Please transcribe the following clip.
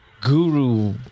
guru